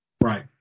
right